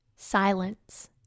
silence